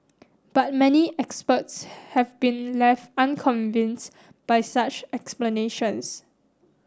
but many experts have been left unconvinced by such explanations